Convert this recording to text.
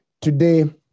today